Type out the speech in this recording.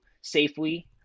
safely